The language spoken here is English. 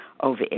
over